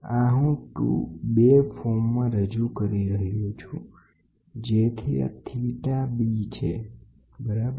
આ હું 2 ફોર્મમાં રજૂ કરી રહ્યો છું જેથી આ થીટા b છે બરાબર